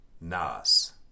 Nas